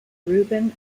ruben